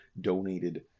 donated